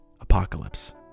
apocalypse